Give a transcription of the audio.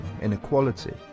inequality